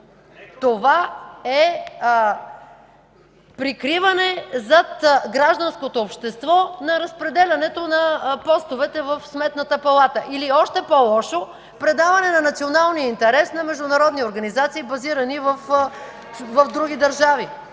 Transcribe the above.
Това е прикриване зад гражданското общество на разпределянето на постовете в Сметната палата. Или още по-лошо: предаване на националния интерес на международни организации, базирани в други държави.